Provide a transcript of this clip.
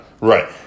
Right